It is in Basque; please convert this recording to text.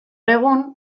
egun